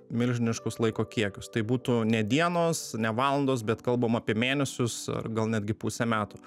milžiniškus laiko kiekius tai būtų ne dienos ne valandos bet kalbam apie mėnesius ar gal netgi pusę metų